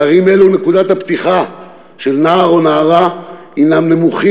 בערים אלו נקודת הפתיחה של נער או נערה היא נמוכה